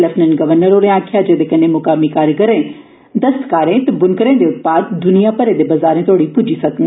lieutenant governor होरें आखेआ ऐ जे एहदे कन्नै मुकामी कारीगरे दस्तकारें ते बुनकरें दे उत्पाद दुनिया भरै दे बजारें तोहड़ी पुज्जी सकडन